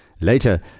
Later